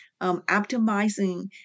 optimizing